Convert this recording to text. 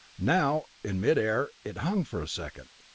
now, in mid-air, it hung for a second.